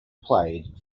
played